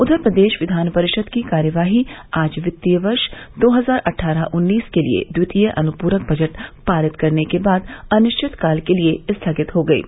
उधर प्रदेश कियान परिषद की कार्यवाही आज वित्तीय वर्ष दो हजार अट्ठारह उन्नीस के लिए द्वितीय अनुप्रक बजट पारित करने के बाद अनिश्चित काल के लिए स्थगित हो गयी